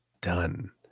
done